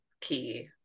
key